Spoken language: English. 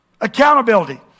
Accountability